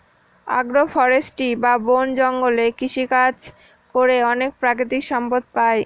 আগ্র ফরেষ্ট্রী বা বন জঙ্গলে কৃষিকাজ করে অনেক প্রাকৃতিক সম্পদ পাই